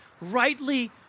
rightly